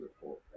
report